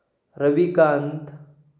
Ravikant